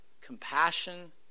compassion